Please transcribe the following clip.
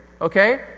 okay